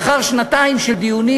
לאחר שנתיים של דיונים,